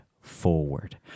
forward